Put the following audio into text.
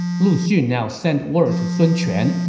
lu xun now sent word to sun quan,